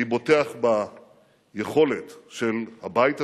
אני בוטח ביכולת של הבית הזה,